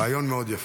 רעיון מאוד יפה.